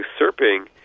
usurping